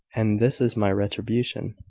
and this is my retribution.